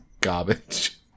garbage